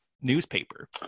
newspaper